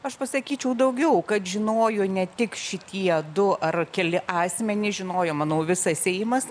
aš pasakyčiau daugiau kad žinojo ne tik šitie du ar keli asmenys žinojo manau visas seimas